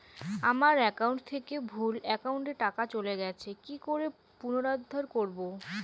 আমার একাউন্ট থেকে ভুল একাউন্টে টাকা চলে গেছে কি করে পুনরুদ্ধার করবো?